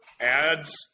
ads